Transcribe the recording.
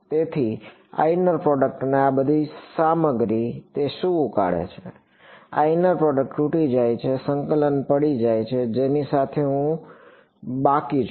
તેથી આ inner product અને આ બધી સામગ્રી તે શું ઉકાળે છે આ ઇનર પ્રોડક્ટ તૂટી જાય છે સંકલન પડી જાય છે જેની સાથે હું બાકી છું